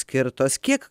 skirtos kiek